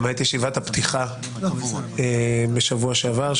למעט ישיבת הפתיחה בשבוע שעבר,